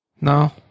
No